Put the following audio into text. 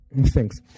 Thanks